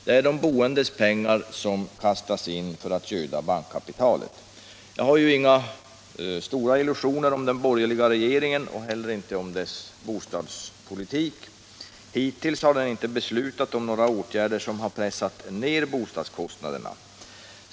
Det är ju de boendes pengar som kastas in för att göda bankkapitalet. Jag har inga illusioner om den borgerliga regeringen och inte heller om dess bostadspolitik. Hittills har den inte beslutat om några åtgärder som har pressat ner bostadskostnaderna.